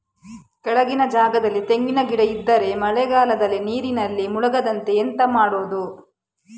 ಕೆಳಗಿನ ಜಾಗದಲ್ಲಿ ತೆಂಗಿನ ಗಿಡ ಇದ್ದರೆ ಮಳೆಗಾಲದಲ್ಲಿ ನೀರಿನಲ್ಲಿ ಮುಳುಗದಂತೆ ಎಂತ ಮಾಡೋದು?